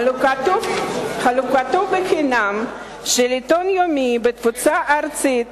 חלוקתו בחינם של עיתון יומי בתפוצה ארצית